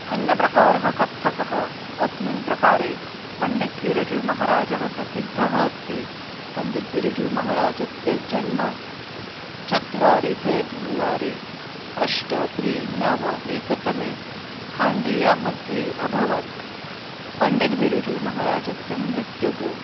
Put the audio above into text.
अन्यप्रकारः कत्थकः अस्मिन् प्रकारे पण्डित्बिरुजुमहाराजः प्रसिद्धः अस्ति पण्डितः बिरुजुमहाराजस्य जन्म चत्वारि फ़ेब्रुवरि अष्ट त्रि नव एकतमे हाण्डियामध्ये अभवत् पण्डितः बिरुजुमहाराजस्य मृत्युः